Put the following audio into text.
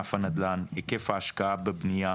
בענף הנדל"ן, היקף ההשקעה בבנייה,